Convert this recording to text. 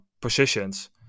positions